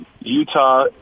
Utah